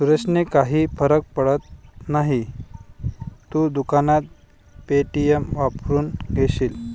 सुरेशने काही फरक पडत नाही, तू दुकानात पे.टी.एम वापरून घेशील